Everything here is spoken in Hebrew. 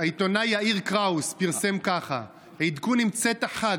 העיתונאי יאיר קראוס פרסם כך: "עדכון עם צאת החג"